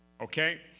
okay